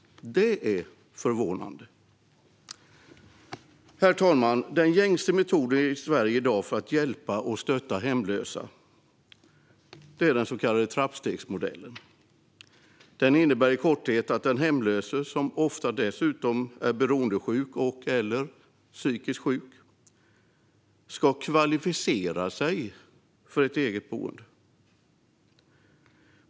Det är förvånande. Herr talman! Den gängse metoden i Sverige i dag för att hjälpa och stötta hemlösa är den så kallade trappstegsmodellen. Den innebär i korthet att den hemlöse, som ofta dessutom är beroendesjuk och/eller psykiskt sjuk, ska kvalificera sig för ett eget boende.